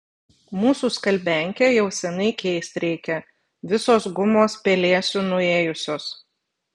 mūsų skalbiankę jau seniai keist reikia visos gumos pelėsiu nuėjusios